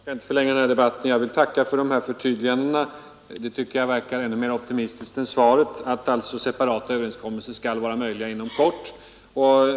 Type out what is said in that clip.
Herr talman! Jag skall inte förlänga debatten. Jag vill tacka för de förtydliganden som statsrådet nu har gjort. De inger mer optimism än svaret om att separata överenskommelser skall bli möjliga inom kort.